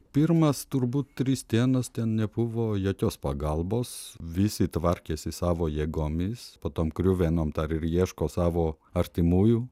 pirmas turbūt tris dienas ten nebuvo jokios pagalbos visi tvarkėsi savo jėgomis po tom griuvenom dar ir ieško savo artimųjų